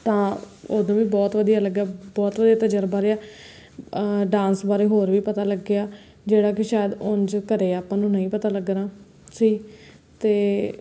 ਤਾਂ ਉਦੋਂ ਵੀ ਬਹੁਤ ਵਧੀਆ ਲੱਗਿਆ ਬਹੁਤ ਵਧੀਆ ਤਜ਼ਰਬਾ ਰਿਹਾ ਡਾਂਸ ਬਾਰੇ ਹੋਰ ਵੀ ਪਤਾ ਲੱਗਿਆ ਜਿਹੜਾ ਕਿ ਸ਼ਾਇਦ ਉਂਝ ਘਰੇ ਆਪਾਂ ਨੂੰ ਨਹੀਂ ਪਤਾ ਲੱਗਣਾ ਸੀ ਅਤੇ